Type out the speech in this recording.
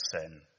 sin